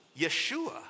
Yeshua